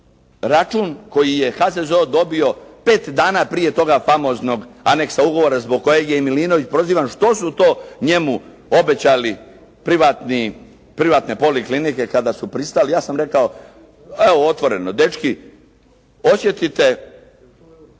račun koji je HZZO dobio pet dana prije toga famoznog aneksa ugovora zbog kojeg je i Milinović prozivan. Što su to njemu obećali privatne poliklinike kada su pristali. Ja sam rekao, evo otvoreno dečki osjetite